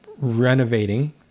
renovating